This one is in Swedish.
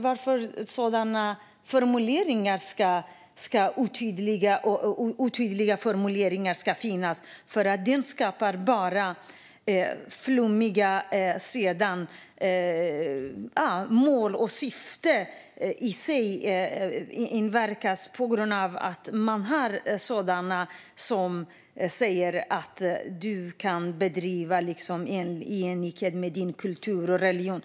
Varför ska det finnas sådana otydliga formuleringar? De skapar bara flummiga mål, och syftet påverkas på grund av att de gör att det då finns personer som säger att du kan bedriva verksamhet i enlighet med din kultur och religion.